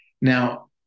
Now